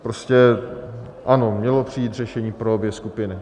Prostě ano, mělo přijít řešení pro obě skupiny.